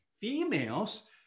females